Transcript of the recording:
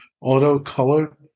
auto-color